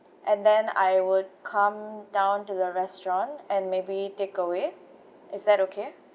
and then I would come down to the restaurant and maybe takeaway is that okay